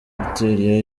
hoteli